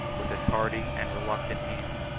with a tardy and reluctant hand,